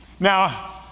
Now